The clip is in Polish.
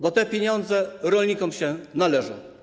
Bo te pieniądze rolnikom się należą.